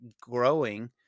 growing